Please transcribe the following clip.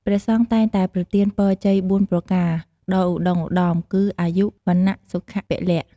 ព្រះសង្ឃតែងតែប្រទានពរជ័យ៤ប្រការដ៏ឧត្ដុង្គឧត្ដមគឺ អាយុ វណ្ណៈ សុខៈ ពលៈ។